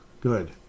good